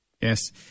Yes